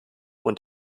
und